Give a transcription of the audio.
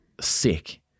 sick